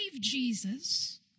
Jesus